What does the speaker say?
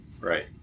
Right